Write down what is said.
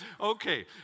Okay